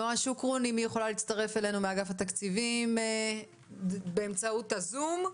אם נועה שוקרון מאגף התקציבים תוכל להצטרף אלינו באמצעות הזום.